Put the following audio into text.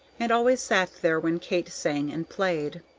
and always sat there when kate sang and played.